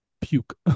puke